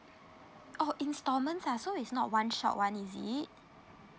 oh installments ah so it's not one short [one] is it